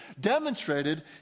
demonstrated